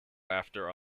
after